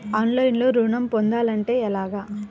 ఆన్లైన్లో ఋణం పొందాలంటే ఎలాగా?